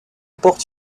portent